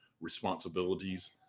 responsibilities